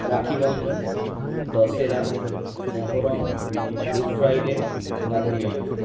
Rakhibandhan Dussehra Muharram Good Friday Gandhi Jayanti